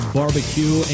barbecue